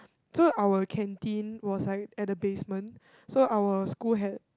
so our canteen was like at the basement so our school had